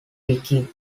picking